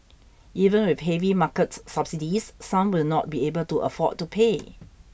even with heavy market subsidies some will not be able to afford to pay